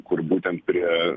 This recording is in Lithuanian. kur būtent prie